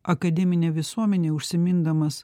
akademinę visuomenę užsimindamas